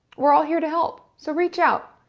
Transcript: we are all here to help. so, reach out.